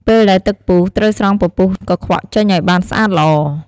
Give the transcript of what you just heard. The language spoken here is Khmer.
ពេលដែលទឹកពុះត្រូវស្រង់ពពុះកង្វក់ចេញឱ្យបានសា្អតល្អ។